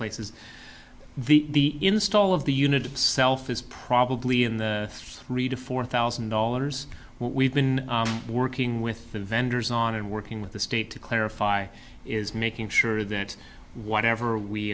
places the install of the unit itself is probably in the three to four thousand dollars what we've been working with the vendors on and working with the state to clarify is making sure that whatever we